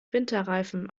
winterreifen